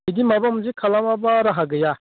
बिदि माबा मोनसे खालामाबा राहा गैया